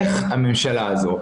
איך הממשלה הזו,